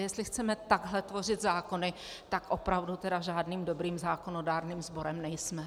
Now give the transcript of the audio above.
Jestli chceme takhle tvořit zákony, tak opravdu žádným dobrým zákonodárným sborem nejsme.